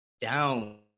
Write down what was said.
down